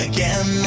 Again